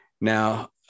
Now